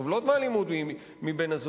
סובלות מאלימות מבן-הזוג,